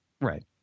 right